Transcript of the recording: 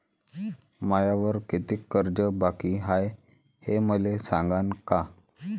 मायावर कितीक कर्ज बाकी हाय, हे मले सांगान का?